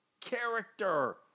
character